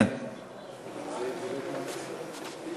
יש לך עשר דקות, בבקשה.